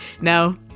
no